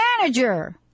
manager